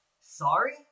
Sorry